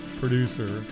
producer